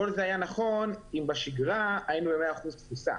כל זה היה נכון אם בשגרה היינו ב-100 אחוזים תפוסה.